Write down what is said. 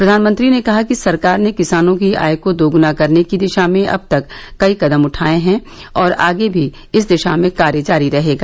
प्रधानमंत्री ने कहा कि सरकार ने किसानों की आय को दोगुना करने की दिशा में अब तक कई कदम उठाए हैं और आगे भी इस दिशा में कार्य जारी रहेगा